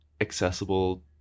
accessible